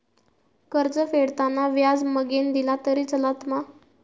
कर्ज फेडताना व्याज मगेन दिला तरी चलात मा?